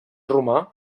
romà